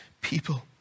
people